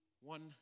One